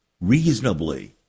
reasonably